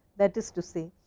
that is to say,